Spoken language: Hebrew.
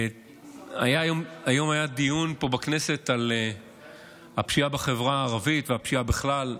היום היה דיון פה בכנסת על הפשיעה בחברה הערבית ובפשיעה בכלל,